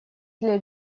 для